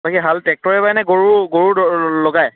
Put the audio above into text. হাল ট্ৰেক্টৰে বাই নে গৰু গৰু লগায়